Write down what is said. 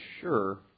sure